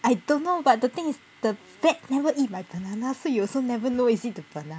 I don't know but the thing is the bat never eat my banana so you also never know is it the banana